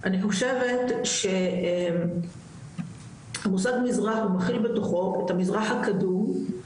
אני חושבת שהמושג מזרח הוא מכיל בתוכו את המזרח הקדום,